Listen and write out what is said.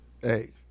Hey